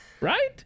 right